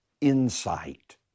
insight